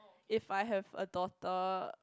if I have a daughter